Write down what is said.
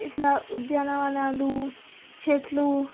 ఇట్లా ఉద్యానవనాలు చెట్లు